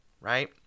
right